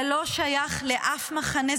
זה לא שייך לאף מחנה,